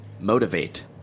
motivate